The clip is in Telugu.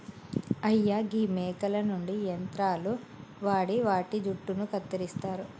అయ్యా గీ మేకల నుండి యంత్రాలు వాడి వాటి జుట్టును కత్తిరిస్తారు